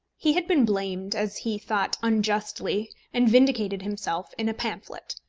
he had been blamed, as he thought unjustly, and vindicated himself in a pamphlet.